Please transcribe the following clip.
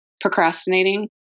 procrastinating